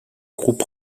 groupe